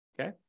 Okay